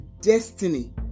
destiny